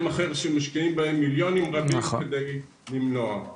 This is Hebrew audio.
אחרים שמשקיעים בהם מיליונים כדי למנוע.